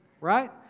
Right